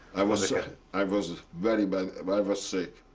i was i was very bad. um i was sick.